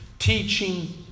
teaching